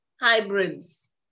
hybrids